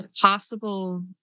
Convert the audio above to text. Possible